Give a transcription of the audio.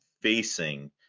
facing